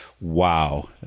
Wow